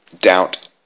doubt